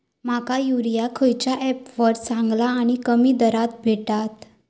माका युरिया खयच्या ऍपवर चांगला आणि कमी दरात भेटात?